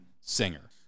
singer